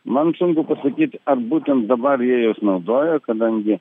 man sunku pasakyt ar būtent dabar jie juos naudoja kadangi